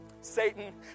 Satan